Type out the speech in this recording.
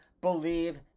Believe